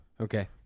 Okay